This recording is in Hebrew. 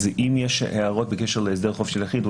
אם יש הערות בקשר להסדר חוב של יחיד,